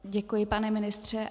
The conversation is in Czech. Děkuji, pane ministře.